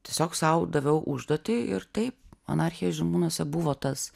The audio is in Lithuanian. tiesiog sau daviau užduotį ir taip anarchija žirmūnuose buvo tas